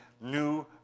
new